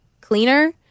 cleaner